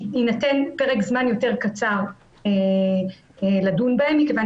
יינתן פרק זמן יותר קצר לדון בהן מכיוון